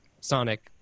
Sonic